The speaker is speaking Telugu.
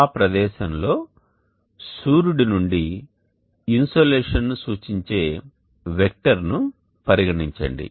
ఆ ప్రదేశంలో సూర్యుడి నుండి ఇన్సోలేషన్ను సూచించే వెక్టర్ను పరిగణించండి